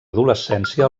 adolescència